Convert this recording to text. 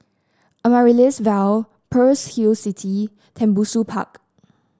Amaryllis Ville Pearl's Hill City Tembusu Park